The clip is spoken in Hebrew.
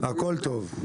הכל טוב.